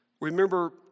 Remember